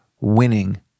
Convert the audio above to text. winning